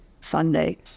Sunday